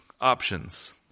options